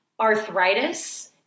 Arthritis